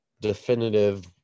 definitive